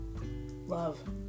Love